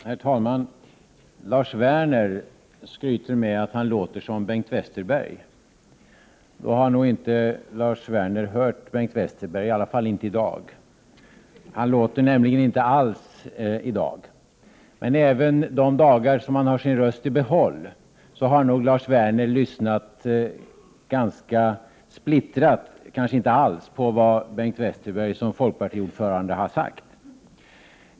Herr talman! Lars Werner skryter med att han låter som Bengt Westerberg. Då har Lars Werner inte hört Bengt Westerberg — i alla fall inte i dag. Bengt Westerberg låter nämligen inte alls i dag. Men även de dagar som Bengt Westerberg har sin röst i behåll har Lars Werner lyssnat ganska splittrat, kanske inte alls, på vad Bengt Westerberg som folkpartiets ordförande har sagt.